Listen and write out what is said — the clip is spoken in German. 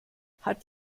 hat